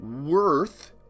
worth